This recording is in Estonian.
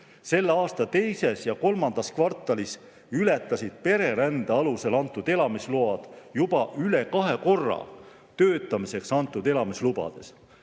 Selle aasta teises ja kolmandas kvartalis ületasid pererände alusel antud elamisload juba üle kahe korra töötamiseks antud elamislubasid.